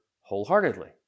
wholeheartedly